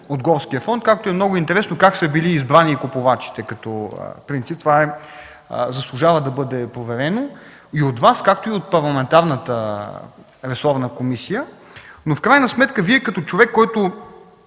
от горския фонд. Много е интересно как са били избрани купувачите като принцип. Това заслужава да бъде проверено от Вас, както и от парламентарната ресорна комисия. В крайна сметка Вие, като човек, който